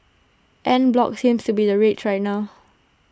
en bloc seems to be the rage right now